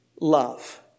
love